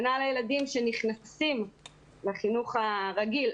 כנ"ל הילדים שנכנסים לחינוך הרגיל,